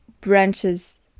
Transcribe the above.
branches